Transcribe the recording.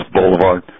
Boulevard